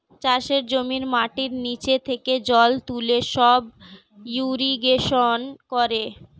চাষের জমির মাটির নিচে থেকে জল তুলে সাব ইরিগেশন করে